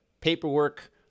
paperwork